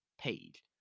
Page